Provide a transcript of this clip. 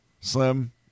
Slim